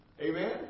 Amen